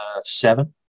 seven